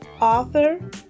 author